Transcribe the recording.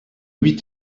huit